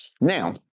Now